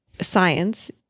science